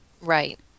right